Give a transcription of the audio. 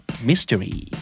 mystery